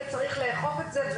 וצריך לאכוף את זה,